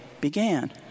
began